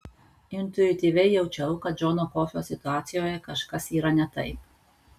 intuityviai jaučiau kad džono kofio situacijoje kažkas yra ne taip